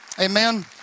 Amen